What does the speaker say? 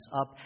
up